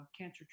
cancer